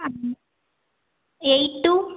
ah eight two